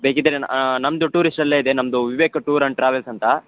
ಬೇಕಿದ್ದರೆ ನ್ ನಮ್ಮದು ಟೂರಿಸ್ಟ್ ಅಲ್ಲೇ ಇದೆ ನಮ್ಮದು ವಿವೇಕ್ ಟೂರ್ ಆ್ಯಂಡ್ ಟ್ರಾವೆಲ್ಸ್ ಅಂತ